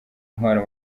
intwaro